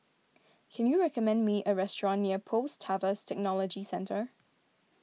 can you recommend me a restaurant near Post Harvest Technology Centre